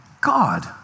God